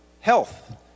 health